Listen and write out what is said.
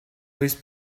please